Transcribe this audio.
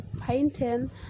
painting